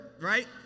right